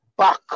Back